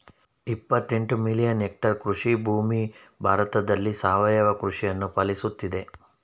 ಇಪ್ಪತ್ತೆಂಟು million hectare ಕೃಷಿಭೂಮಿ ಭಾರತದಲ್ಲಿ ಸಾವಯವ ಕೃಷಿಯನ್ನು ಪಾಲಿಸುತ್ತಿದೆ